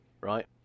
right